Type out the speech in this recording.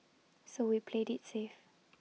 so we played IT safe